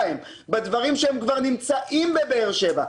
בדברים שכבר נמצאים בבאר שבע.